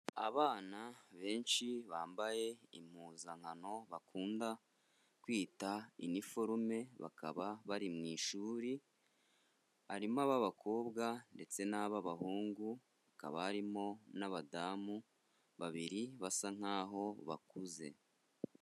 Abana benshi bambaye impuzankano bakunda kwita iniforume, bakaba bari mu ishuri, harimo ab'abakobwa ndetse n'ab'abahungu, hakaba harimo n'abadamu babiri basa nk'aho bakuze.